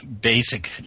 basic